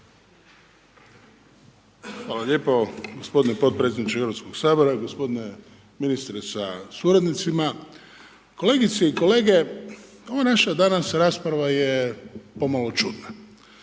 Hvala lijepo gospodine potpredsjedniče Hrvatskoga sabora, gospodine ministre sa suradnicima. Kolegice i kolege, ova naša danas rasprava je pomalo čudna.